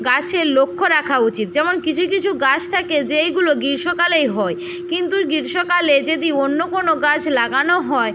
গাছের লক্ষ্য রাখা উচিত যেমন কিছু কিছু গাছ থাকে যেইগুলো গ্রীষ্মকালেই হয় কিন্তু গ্রীষ্মকালে যদি অন্য কোনো গাছ লাগানো হয়